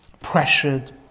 pressured